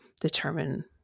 determine